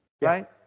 right